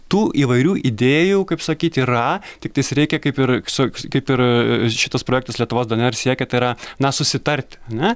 tu įvairių idėjų kaip sakyt yra tiktais reikia kaip ir toks kaip ir šitas projektas lietuvos dnr siekia tai yra na susitarti ane